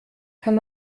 kann